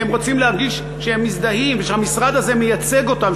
והם רוצים להרגיש שהם מזדהים ושהמשרד הזה מייצג אותם,